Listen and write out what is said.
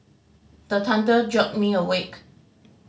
the thunder jolt me awake